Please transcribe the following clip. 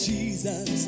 Jesus